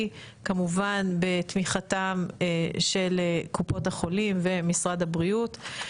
כמובן בתמיכתם של קופות החולים ומשרד הבריאות.